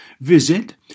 Visit